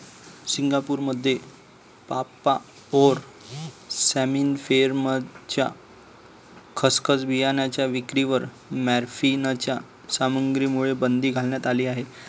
सिंगापूरमध्ये पापाव्हर सॉम्निफेरमच्या खसखस बियाणांच्या विक्रीवर मॉर्फिनच्या सामग्रीमुळे बंदी घालण्यात आली आहे